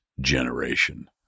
generation